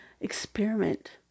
experiment